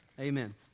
Amen